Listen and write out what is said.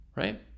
right